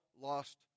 lost